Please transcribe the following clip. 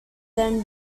then